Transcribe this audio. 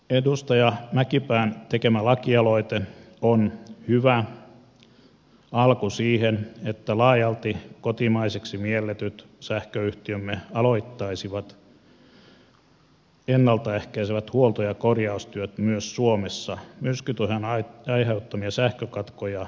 edustaja mäkipään tekemä lakialoite on hyvä alku siihen että laajalti kotimaisiksi mielletyt sähköyhtiömme aloittaisivat ennalta ehkäisevät huolto ja korjaustyöt myös suomessa myrskytuhojen aiheuttamia sähkökatkoja vastaan